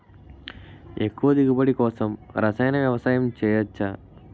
ఎక్కువ దిగుబడి కోసం రసాయన వ్యవసాయం చేయచ్చ?